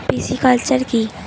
Pisciculture কি?